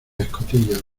escotillas